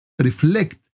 reflect